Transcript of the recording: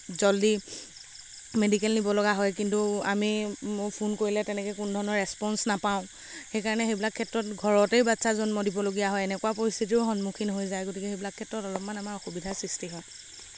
জলদি মেডিকেল নিব লগা হয় কিন্তু আমি ফোন কৰিলে তেনেকে কোনো ধৰণৰ ৰেচপ্ঞ্চ নাপাওঁ সেইকাৰণে সেইবিলাক ক্ষেত্ৰত ঘৰতেই বাচ্চা জন্ম দিবলগীয়া হয় এনেকুৱা পৰিস্থিতিৰো সন্মুখীন হৈ যায় গতিকে সেইবিলাক ক্ষেত্ৰত অলপমান আমাৰ অসুবিধাৰ সৃষ্টি হয়